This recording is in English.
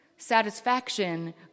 satisfaction